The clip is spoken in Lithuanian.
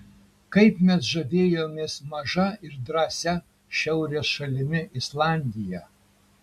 kaip mes žavėjomės maža ir drąsia šiaurės šalimi islandija